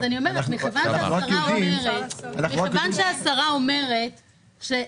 אז מכיוון שהשרה אומרת,